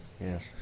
Yes